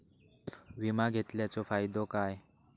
विमा घेतल्याचो फाईदो काय?